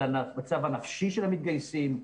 על המצב הנפשי של המתגייסים,